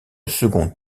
second